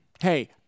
Hey